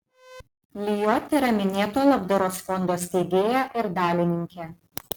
lijot yra minėto labdaros fondo steigėja ir dalininkė